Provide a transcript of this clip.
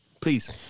please